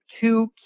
two